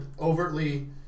overtly